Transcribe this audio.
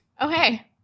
okay